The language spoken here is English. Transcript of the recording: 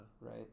Right